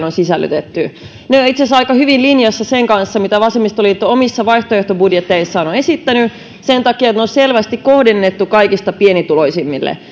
on sisällyttänyt ne ovat itse asiassa aika hyvin linjassa sen kanssa mitä vasemmistoliitto omissa vaihtoehtobudjeteissaan on esittänyt sen takia että ne on selvästi kohdennettu kaikista pienituloisimmille